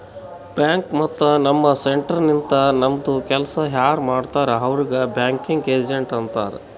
bank ಮತ್ತ ನಮ್ centre ನಿಂತು ನಮ್ದು ಕೆಲ್ಸಾ ಯಾರ್ ಮಾಡ್ತಾರ್ ಅವ್ರಿಗ್ ಬ್ಯಾಂಕಿಂಗ್ ಏಜೆಂಟ್ ಅಂತಾರ್